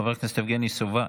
חבר הכנסת יבגני סובה,